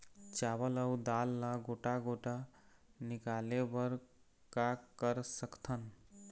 चावल अऊ दाल ला गोटा गोटा निकाले बर का कर सकथन?